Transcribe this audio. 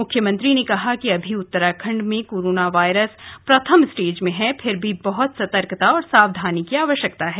मुख्यमंत्री ने कहा कि अभी उत्तराखंड में कोरोना वायरस प्रथम स्टेज में हैं फिर भी बहुत सतर्कता और सावधानी की आवश्यकता है